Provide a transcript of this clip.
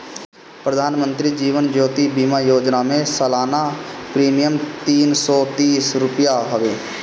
प्रधानमंत्री जीवन ज्योति बीमा योजना में सलाना प्रीमियम तीन सौ तीस रुपिया हवे